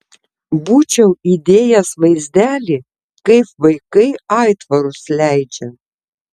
būčiau įdėjęs vaizdelį kaip vaikai aitvarus leidžia